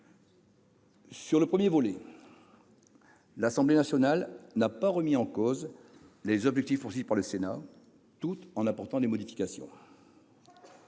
le premier volet, l'Assemblée nationale n'a pas remis en cause les objectifs visés par le Sénat, tout en apportant des modifications.